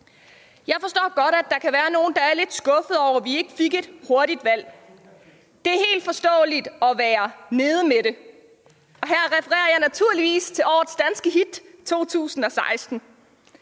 Jeg forstår godt, at der er nogle, der kan være lidt skuffede over, at vi ikke fik et hurtigt valg. Det er helt forståeligt at være nede med det, og her refererer jeg naturligvis til årets danske hit 2016.